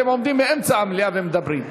אתם עומדים באמצע המליאה ומדברים.